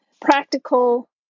practical